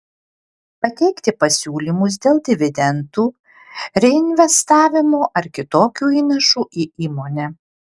pateikti pasiūlymus dėl dividendų reinvestavimo ar kitokių įnašų į įmonę